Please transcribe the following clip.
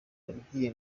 yabwiye